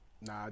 Nah